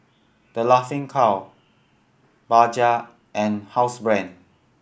The Laughing Cow Bajaj and Housebrand